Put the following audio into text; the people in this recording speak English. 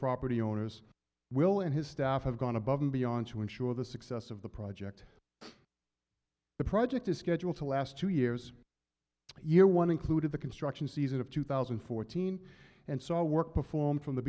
property owners will and his staff have gone above and beyond to ensure the success of the project the project is scheduled to last two years year one included the construction season of two thousand and fourteen and saw work performed from the